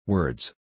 Words